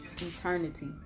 eternity